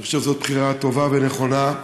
אני חושב שזו בחירה טובה ונכונה.